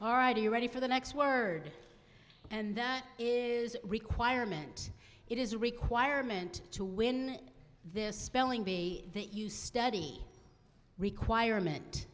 all right are you ready for the next word and that is requirement it is a requirement to win this spelling bee that you study requirement